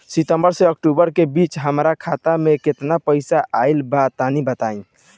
सितंबर से अक्टूबर के बीच हमार खाता मे केतना पईसा आइल बा तनि बताईं?